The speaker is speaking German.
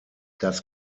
das